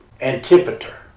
antipater